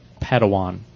Padawan